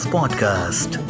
Podcast